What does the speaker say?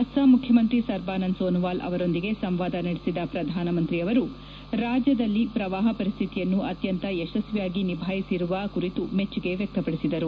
ಅಸ್ಟಾಂ ಮುಖ್ಯಮಂತ್ರಿ ಸರ್ಬಾನಂದ್ ಸೋನೊವಾಲ್ ಅವರೊಂದಿಗೆ ಸಂವಾದ ನಡೆಸಿದ ಪ್ರಧಾನಮಂತ್ರಿ ಅವರು ರಾಜ್ಯದಲ್ಲಿ ಪ್ರವಾಹ ಪರಿಸ್ಥಿತಿಯನ್ನು ಅತ್ಯಂತ ಯಶಸ್ವಿಯಾಗಿ ನಿಭಾಯಿಸಿರುವ ಕುರಿತು ಮೆಚ್ಚುಗೆ ವ್ಯಕ್ತಪದಿಸಿದರು